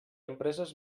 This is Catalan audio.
empreses